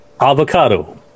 Avocado